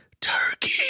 turkey